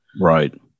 Right